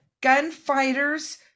gunfighters